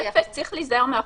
צריך להיזהר מאחוזים,